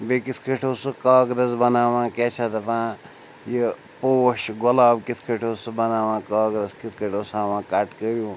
بیٚیہِ کِتھ کٔنۍ اوس سُہ کاغدَس بَناوان کیٛاہ چھِ اَتھ دَپان یہِ پوش گۄلاب کِتھ کٔنۍ اوس سُہ بَناوان کاغدَس کِتھ کٔنۍ اوس ہاوان کَٹ کٔرِو